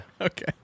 Okay